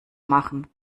machen